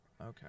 okay